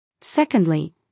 Secondly